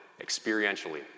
experientially